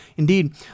Indeed